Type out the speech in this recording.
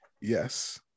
Yes